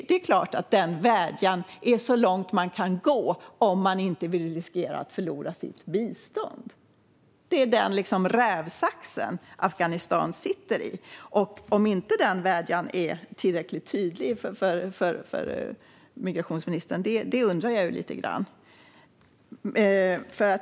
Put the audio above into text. Det är klart denna vädjan är så långt man kan gå om man inte vill riskera att förlora sitt bistånd. Det är den rävsaxen Afghanistan sitter i. Om inte denna vädjan är tillräckligt tydlig för migrationsministern får det mig att undra lite grann.